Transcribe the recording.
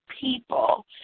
people